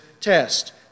test